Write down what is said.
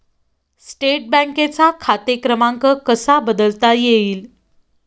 State बँकेचा खाते क्रमांक कसा बदलता येईल?